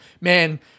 man